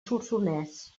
solsonès